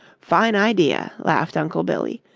fine idea, laughed uncle billy,